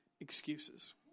excuses